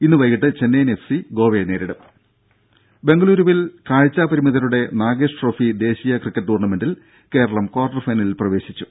ഇന്ന് വൈകീട്ട് Chennaiyin F C ഗോവയെ നേരിടും ദേദ ബംഗളൂരുവിൽ കാഴ്ച പരിമിതരുടെ നാഗേഷ് ട്രോഫി ദേശീയ ക്രിക്കറ്റ് ടൂർണമെന്റിൽ കേരളം ക്വാർട്ടർ ഫൈനലിൽ പ്രവേശിച്ചു